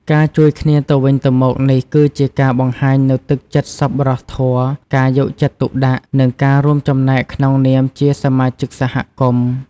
ការជួយគ្នាទៅវិញទៅមកនេះ គឺជាការបង្ហាញនូវទឹកចិត្តសប្បុរសធម៌ ការយកចិត្តទុកដាក់ និងការរួមចំណែកក្នុងនាមជាសមាជិកសហគមន៍។